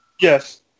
Yes